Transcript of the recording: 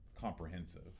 comprehensive